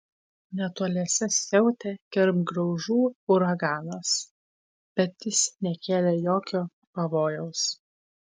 netoliese siautė kirmgraužų uraganas bet jis nekėlė jokio pavojaus